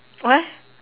what